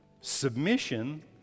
submission